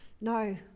No